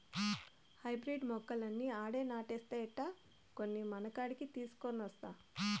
hybrid మొక్కలన్నీ ఆడే నాటేస్తే ఎట్టా, కొన్ని మనకాడికి తీసికొనొస్తా